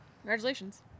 congratulations